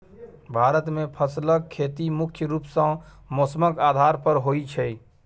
भारत मे फसलक खेती मुख्य रूप सँ मौसमक आधार पर होइ छै